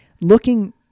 Looking